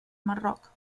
marroc